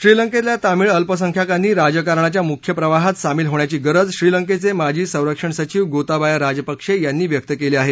श्रीलंकेतल्या तामीळ अल्पसंख्याकांनी राजकारणाच्या मुख्य प्रवाहात सामील होण्याची गरज श्रीलंकेचे माजी संरक्षण सचीव गोताबाया राजपक्षे यांनी व्यक्त केली आहे